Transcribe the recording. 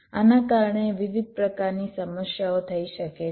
આના કારણે વિવિધ પ્રકારની સમસ્યાઓ થઈ શકે છે